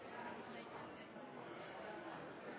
jeg kanskje det er å